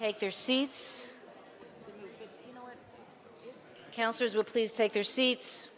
take their seats cancer's will please take their seats